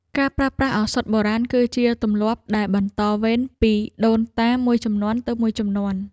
ការប្រើប្រាស់ឱសថបុរាណគឺជាទម្លាប់ដែលបន្តវេនពីដូនតាមួយជំនាន់ទៅមួយជំនាន់។